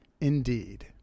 Indeed